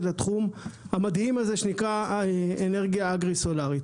לתחום המדהים הזה שנקרא אנרגיה אגרי-סולארית.